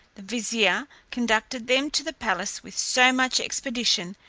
the vizier conducted them to the palace with so much expedition,